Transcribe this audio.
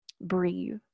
breathe